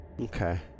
Okay